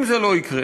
אם זה לא יקרה,